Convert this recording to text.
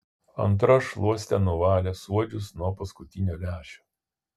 antra šluoste nuvalė suodžius nuo paskutinio lęšio